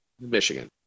Michigan